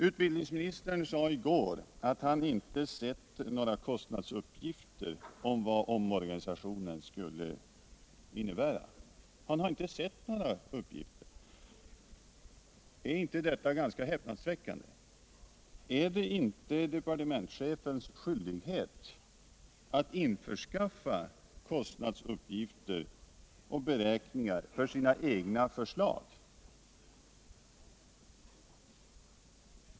Utbildningsministern sade I går att han inte sett några kostnadsuppgifter om vad omorganisationen skulle innebära. Är inte detta ganska häpnadsväckande? Är det inte departementschefens skyldighet aut införskaffa kostnadsuppgifter och beräkningar till grund för sina egna förslag?